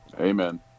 Amen